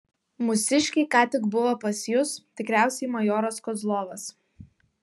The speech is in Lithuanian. mūsiškiai ką tik buvo pas jus tikriausiai majoras kozlovas